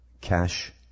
Cash